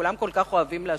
שכולם כל כך אוהבים להשמיץ,